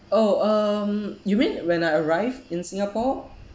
oh um you mean when I arrived in singapore